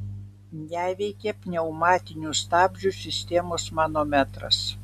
neveikia pneumatinių stabdžių sistemos manometras